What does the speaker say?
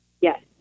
yes